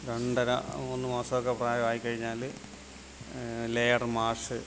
രണ്ടര മൂന്നുമാസമൊക്കെ പ്രായമായി കഴിഞ്ഞാൽ ലയർ മാസ്സ്